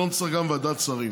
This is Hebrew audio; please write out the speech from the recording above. לא נצטרך גם ועדת שרים.